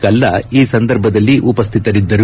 ಕಲ್ಲಾ ಈ ಸಂದರ್ಭದಲ್ಲಿ ಉಪಸ್ಥಿತರಿದ್ದರು